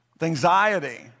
anxiety